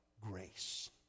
grace